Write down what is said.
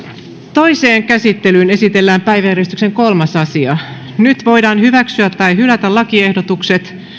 toiseen käsittelyyn esitellään päiväjärjestyksen kolmas asia nyt voidaan hyväksyä tai hylätä lakiehdotukset